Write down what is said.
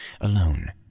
Alone